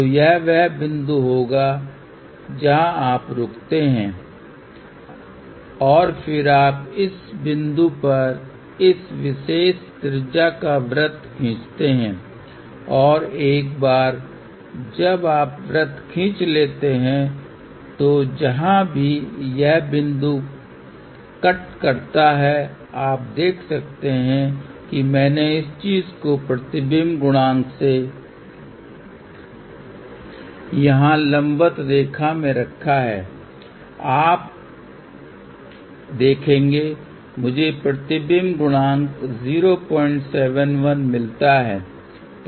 तो यह वह बिंदु होगा जहां आप रुकते हैं और फिर आप इस बिंदु पर इस विशेष त्रिज्या का वृत्त खींचते हैं और एक बार जब आप वृत्त खींच लेते हैं तो जहाँ भी यह बिंदु कट करता है आप देख सकते हैं कि मैंने इस चीज़ को प्रतिबिंब गुणांक से यहाँ लंबवत रेखा में रखा है यदि आप देखेंगे मुझे प्रतिबिंब गुणांक 071 मिलता है